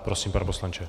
Prosím, pane poslanče.